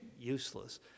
useless